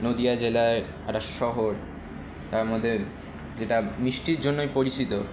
নদীয়া জেলায় একটা শহর তার মধ্যে যেটা মিষ্টির জন্যই পরিচিত